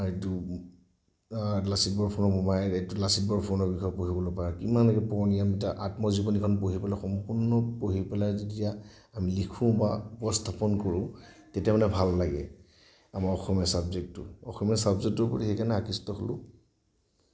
এইটো লাচিত বৰফুকনৰ মোমায়েক লাচিত বৰফুকনৰ বিষয়ে পঢ়িবলৈ পায় কিমান পুৰণি তাৰ আত্মজীৱনীখন পঢ়ি পেলাই সম্পূৰ্ণ পঢ়ি পেলাই যেতিয়া আমি লিখোঁ বা উপস্থাপন কৰোঁ তেতিয়া মানে ভাল লাগে আমাৰ অসমীয়া ছাবজেক্টটো অসমীয়া ছাবজেক্টটোৰ প্ৰতি সেইকাৰণে আকৃষ্ট হ'লো